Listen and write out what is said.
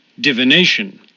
Divination